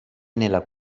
nella